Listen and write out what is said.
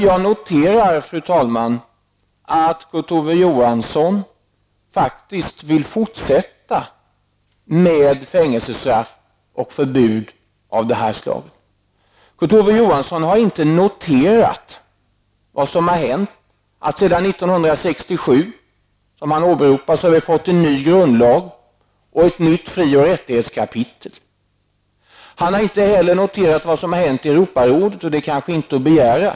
Jag noterar, fru talman, att Kurt Ove Johansson faktiskt vill att fängelsestraff och förbud av det här slaget även skall finnas i fortsättningen. Kurt Ove Johansson har inte noterat vad som har hänt. Sedan år 1967, som han åberopade, har vi fått en ny grundlag och ett nytt fri och rättighetskapitel. Han har inte heller noterat vad som har hänt i Europarådet. Det kanske man inte skall begära.